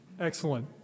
Excellent